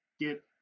get